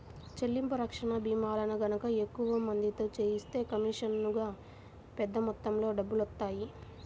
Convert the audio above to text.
చెల్లింపు రక్షణ భీమాలను గనక ఎక్కువ మందితో చేయిస్తే కమీషనుగా పెద్ద మొత్తంలో డబ్బులొత్తాయి